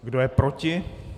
Kdo je proti?